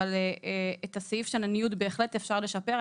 אבל את הסעיף של הניוד בהחלט אפשר לשפר,